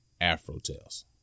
Afrotales